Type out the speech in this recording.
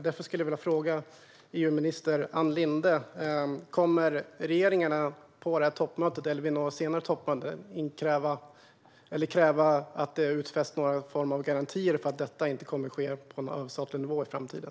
Därför skulle jag vilja fråga EU-minister Ann Linde om regeringen på det här toppmötet eller vid något senare toppmöte kommer att kräva att det utfästs någon form av garantier för att detta inte kommer att ske på överstatlig nivå i framtiden.